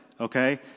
Okay